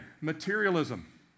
Materialism